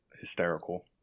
Hysterical